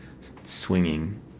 swinging